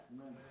Amen